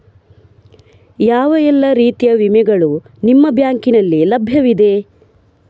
ಯಾವ ಎಲ್ಲ ರೀತಿಯ ವಿಮೆಗಳು ನಿಮ್ಮ ಬ್ಯಾಂಕಿನಲ್ಲಿ ಲಭ್ಯವಿದೆ?